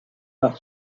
par